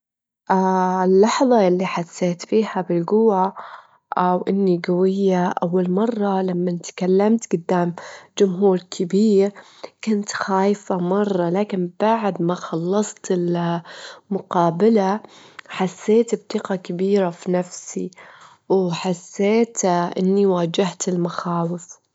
أكيد الأفراد يجدرون أو لازم أنه يكون لهم حق اختيار البلد اللي يناسبهم، من ناحية الحياة، من ناحية الأمان والفرص، لأن هاد جزء من الحرية الشخصية لهم، الإنسان له حقوقه له واجباته.